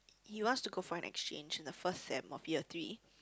he wants to go for an exchange in the first sem of year three